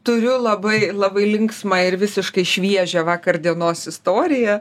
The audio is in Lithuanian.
turiu labai labai linksmą ir visiškai šviežią vakar dienos istoriją